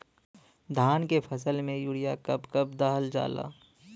धान के फसल में यूरिया कब कब दहल जाला?